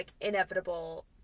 inevitable